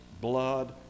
blood